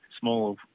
small